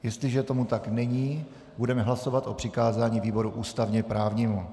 Jestliže tomu tak není, budeme hlasovat o přikázání výboru ústavně právnímu.